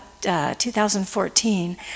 2014